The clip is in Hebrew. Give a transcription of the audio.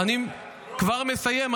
אני כבר מסיים.